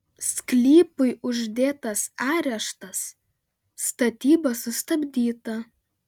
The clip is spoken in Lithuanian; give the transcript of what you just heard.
sklypui uždėtas areštas statyba sustabdyta